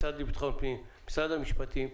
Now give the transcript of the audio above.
משרד לביטחון פנים ומשרד המשפטים.